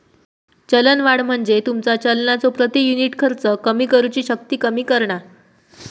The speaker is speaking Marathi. चलनवाढ म्हणजे तुमचा चलनाचो प्रति युनिट खर्च करुची शक्ती कमी करणा